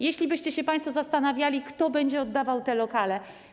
Jeśli byście się państwo zastanawiali, kto będzie oddawał te lokale.